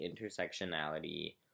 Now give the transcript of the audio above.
intersectionality